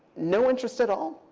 no interest at all?